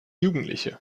jugendliche